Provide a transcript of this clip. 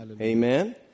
Amen